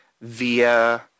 via